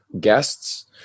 guests